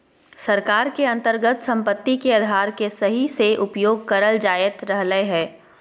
सरकार के अन्तर्गत सम्पत्ति के अधिकार के सही से उपयोग करल जायत रहलय हें